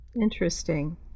Interesting